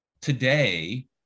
today